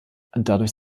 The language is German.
dadurch